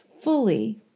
fully